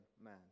man